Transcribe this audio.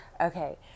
Okay